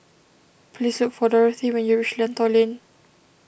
please look for Dorathy when you reach Lentor Lane